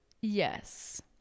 Yes